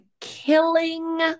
killing